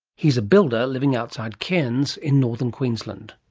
he's a builder living outside cairns in northern queensland.